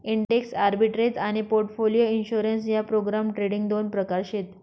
index arbitrage आनी portfolio insurance ह्या program trading दोन प्रकार शेत